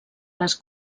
les